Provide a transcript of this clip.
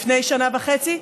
לפני שנה וחצי,